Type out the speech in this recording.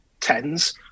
tens